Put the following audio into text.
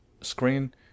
screen